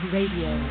Radio